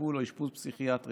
טיפול או אשפוז פסיכיאטריים,